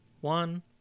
one